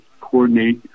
coordinate